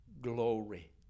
glory